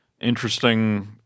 interesting